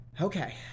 Okay